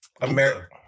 America